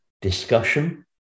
discussion